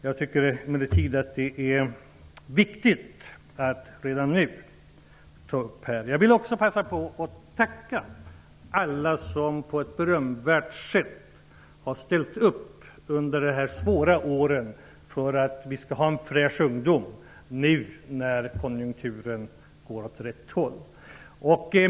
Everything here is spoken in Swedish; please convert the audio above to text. Jag tycker emellertid att det är viktigt att redan nu ta upp den frågan. Jag vill också passa på att tacka alla som på ett berömvärt sätt har ställt upp under de svåra åren för att ungdomen skall vara redo när konjunkturen går åt rätt håll.